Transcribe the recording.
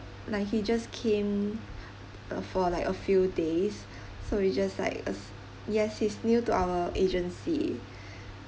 like he just came uh for like a few days so he's just like us yes he's new to our agency